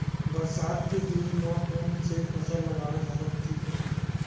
बरसात के दिन म कोन से फसल लगाना जादा उचित होही?